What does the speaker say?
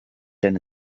denn